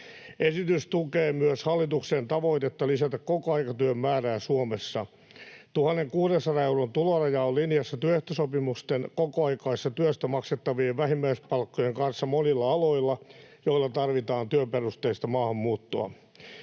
Esitys tukee myös hallituksen tavoitetta lisätä kokoaikatyön määrää Suomessa. 1 600 euron tuloraja on linjassa työehtosopimusten kokoaikaisesta työstä maksettavien vähimmäispalkkojen kanssa monilla aloilla, joilla tarvitaan työperusteista maahanmuuttoa.